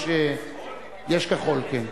יש "כחול", כן.